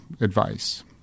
advice